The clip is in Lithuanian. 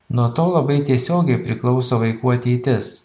nuo to labai tiesiogiai priklauso vaikų ateitis